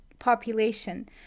Population